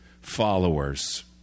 followers